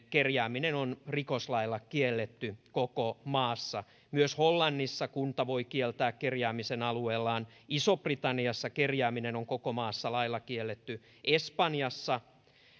kerjääminen on rikoslailla kielletty koko maassa myös hollannissa kunta voi kieltää kerjäämisen alueellaan isossa britanniassa kerjääminen on koko maassa lailla kielletty espanjassa